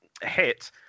hit